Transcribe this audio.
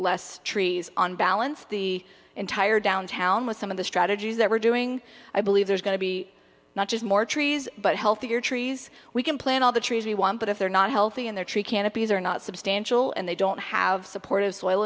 less trees on balance the entire downtown with some of the strategies that we're doing i believe there's going to be not just more trees but healthier trees we can plant all the trees we want but if they're not healthy and their tree canopy is are not substantial and they don't have supportive soil